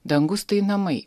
dangus tai namai